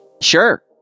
Sure